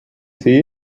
see